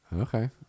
Okay